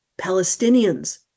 Palestinians